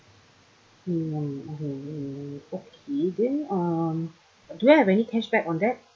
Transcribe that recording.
hmm mm hmm mm hmm mm hmm okay do you have any cashback on that